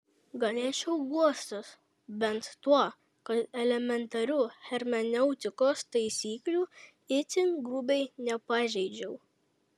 galėčiau guostis bent tuo kad elementarių hermeneutikos taisyklių itin grubiai nepažeidžiau